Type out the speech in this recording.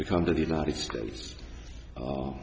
to come to the united states